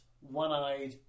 one-eyed